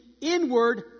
inward